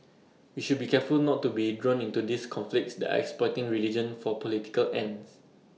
we should be careful not to be drawn into these conflicts that are exploiting religion for political ends